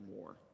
more